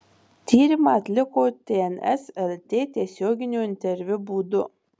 tyrimą atliko tns lt tiesioginio interviu būdu